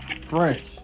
French